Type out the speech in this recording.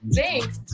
Thanks